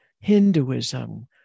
Hinduism